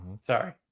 Sorry